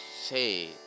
say